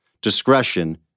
Discretion